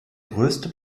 größte